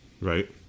Right